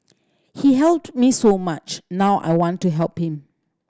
he helped me so much now I want to help him